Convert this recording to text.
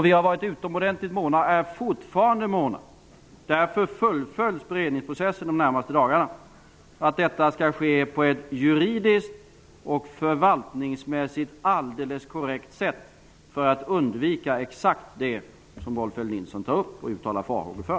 Vi har varit utomordentligt måna -- och är fortfarande måna; därför fullföljs beredningsprocessen de närmaste dagarna -- om att detta skall ske på ett juridiskt och förvaltningsmässigt alldeles korrekt sätt för att undvika exakt det som Rolf L Nilson tar upp och uttalar farhågor för.